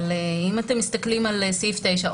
אם אתם מסתכלים על סעיף 9,